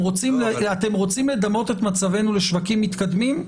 רוצים לדמות את מצבנו לשווקים מתקדמים?